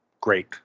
great